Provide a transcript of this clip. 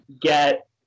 get